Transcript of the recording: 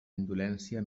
indolència